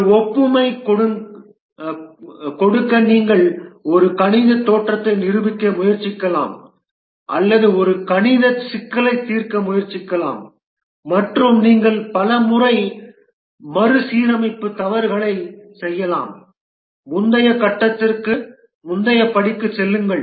ஒரு ஒப்புமை கொடுக்க நீங்கள் ஒரு கணித தேற்றத்தை நிரூபிக்க முயற்சிக்கலாம் அல்லது ஒரு கணித சிக்கலை தீர்க்க முயற்சிக்கலாம் மற்றும் நீங்கள் பல முறை மறுசீரமைப்பு தவறுகளைச் செய்யலாம் முந்தைய கட்டத்திற்கு முந்தைய படிக்குச் செல்லுங்கள்